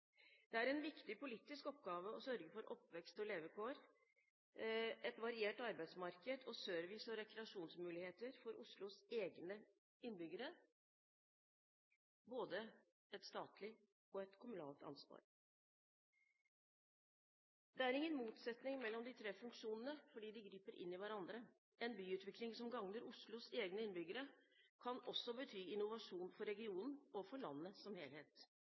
Det er en viktig politisk oppgave å sørge for oppvekst- og levekår, et variert arbeidsmarked og service- og rekreasjonsmuligheter for Oslos egne innbyggere – både et statlig og et kommunalt ansvar. Det er ingen motsetning mellom de tre funksjonene, fordi de griper inn i hverandre. En byutvikling som gagner Oslos egne innbyggere, kan også bety innovasjon for regionen og for landet som helhet.